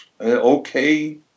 okay